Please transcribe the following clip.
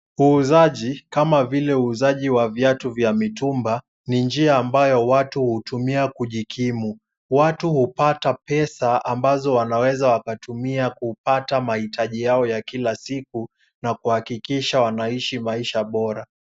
Uuzaji, kama vile uuzaji wa viatu vya mitumba ni njia ambayo watu hutumia kujikimu. Watu hupata pesa ambazo wanaweza wakatumia kupata mahitaji yao ya kila siku na kuhakikisha wanaishi maisha bora.